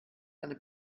eine